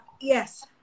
Yes